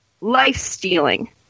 life-stealing